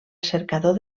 cercador